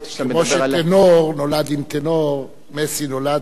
מֶסי נולד עם היכולת לחקות את מראדונה.